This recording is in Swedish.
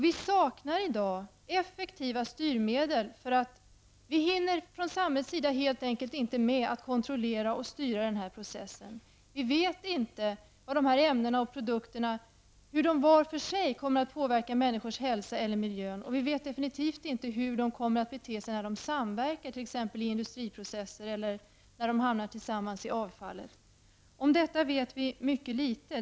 Vi saknar i dag effektiva styrmedel. Vi hinner från samhällets sida helt enkelt inte med att kontrollera och styra denna process. Vi vet inte hur de här ämnena och produkterna i sig kommer att påverka människors hälsa eller miljön. Vi vet definitivt inte hur de kommer att bete sig när de samverkar, t.ex. i industriprocesser eller när de hamnar tillsammans i avfallet. Om detta vet vi mycket litet.